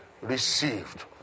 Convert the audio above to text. received